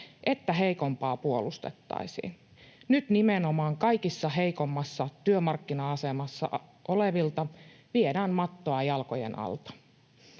että heikompaa puolustettaisiin. Nyt nimenomaan kaikista heikoimmassa työmarkkina-asemassa olevilta viedään mattoa jalkojen alta.